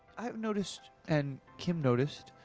i've noticed, and kim noticed,